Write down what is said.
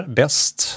bäst